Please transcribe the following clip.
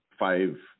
five